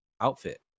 outfit